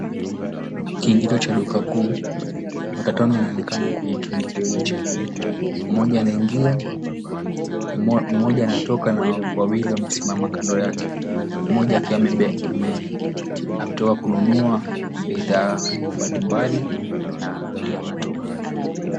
Kiingilio cha duka kuu, watu watano wanaonekana kwenye kiingilio hicho. Mmoja anaingia, mmoja anatoka na wawili wamesimama kando yake, mmoja akiwa ametoka kununua bidhaa mbalimbali na ndiyo anatoka.